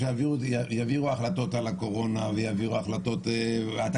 יביאו החלטות על הקורונה, יביאו את התקציב.